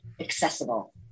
accessible